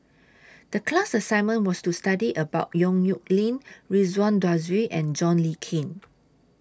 The class assignment was to study about Yong Nyuk Lin Ridzwan Dzafir and John Le Cain